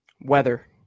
Weather